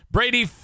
Brady